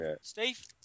Steve